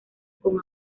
con